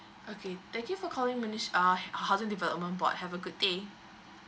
okay thank you for calling mana~ err housing development board have a good day